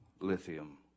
lithium